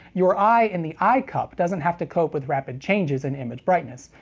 your eye in the eyecup doesn't have to cope with rapid changes in image brightness,